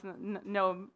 no